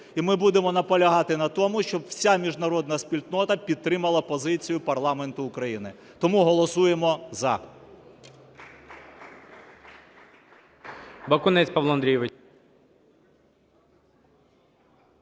і ми будемо наполягати на тому, щоб уся міжнародна спільнота підтримала позицію парламенту України. Тому голосуємо "за".